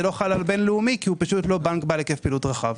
זה לא חל על הבנק הבינלאומי כי הוא לא בנק בעל היקף פעילות רחב.